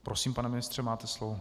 Prosím, pane ministře, máte slovo.